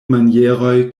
manieroj